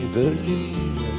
believe